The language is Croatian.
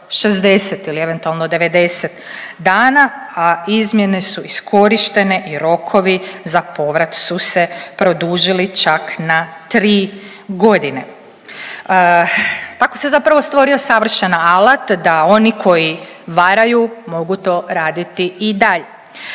60 ili eventualno 90 dana, a izmjene su iskorištene i rokovi za povrat su se produžili čak na tri godine. Tako se zapravo stvorio savršen alat da oni koji varaju mogu to raditi i dalje,